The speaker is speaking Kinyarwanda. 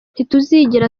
ntituzigera